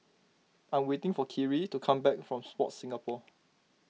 I'm waiting for Kyrie to come back from Sport Singapore